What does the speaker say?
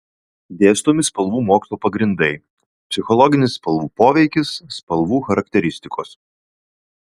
dėstomi spalvų mokslo pagrindai psichologinis spalvų poveikis spalvų charakteristikos